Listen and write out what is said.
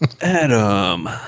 Adam